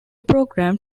program